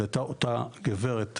הייתה אותה גברת,